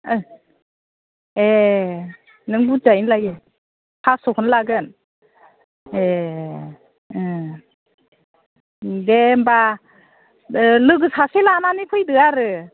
ए नों बुरजायैनो लायो फास्स'खौनो लागोन ए दे होमब्ला लोगो सासे लानानै फैदो आरो